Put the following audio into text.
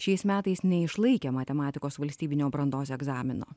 šiais metais neišlaikė matematikos valstybinio brandos egzamino